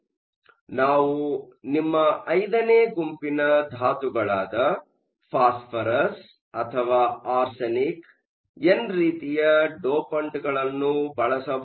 ಆದ್ದರಿಂದ ನಾವು ನಿಮ್ಮ 5ನೇ ಗುಂಪಿನ ಧಾತುಗಳಾದ ಫಾಸ್ಫರಸ್ ಅಥವಾ ಆರ್ಸೆನಿಕ್ ಎನ್ ರೀತಿಯ ಡೋಪಂಟ್ ಅನ್ನು ಬಳಸಬಹುದು